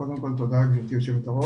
קודם כל, תודה גברתי היושבת-ראש.